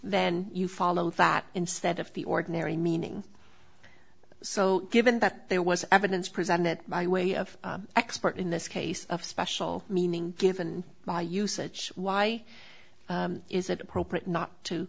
then you follow that instead of the ordinary meaning so given that there was evidence presented by way of expert in this case of special meaning given by usage why is it appropriate not to